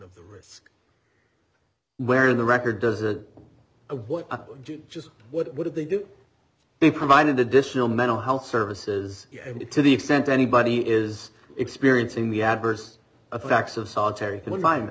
of the risk where in the record does a what do just what do they do they provided additional mental health services to the extent anybody is experiencing the adverse effects of solitary confinement